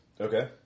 Okay